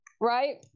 right